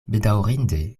bedaŭrinde